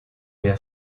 había